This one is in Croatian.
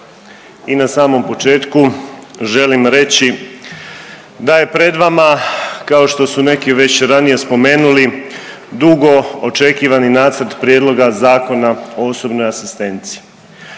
i na samom početku želim reći da je pred vama kao što su neki već ranije spomenuli dugo očekivani Nacrt prijedloga Zakona o osobnoj asistenciji.